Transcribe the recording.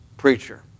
preacher